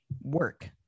Work